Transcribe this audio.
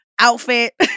Outfit